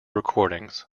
recordings